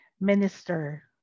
minister